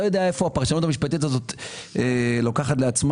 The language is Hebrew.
לא יודע איפה הפרשנות המשפטית הזאת לוקחת לעצמה